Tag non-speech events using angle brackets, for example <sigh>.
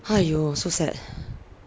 !aiyo! so sad <breath>